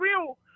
real